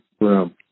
room